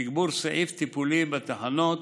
תגבור סעיף טיפולי בתחנות,